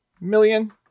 million